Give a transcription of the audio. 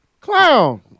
Clown